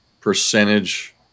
percentage